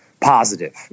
positive